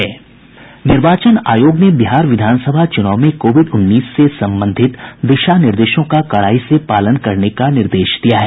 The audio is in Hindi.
निर्वाचन आयोग ने बिहार विधान सभा चुनाव में कोविड उन्नीस से संबंधित दिशा निर्देशों का कड़ाई से पालने करने का निर्देश दिया है